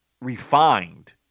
refined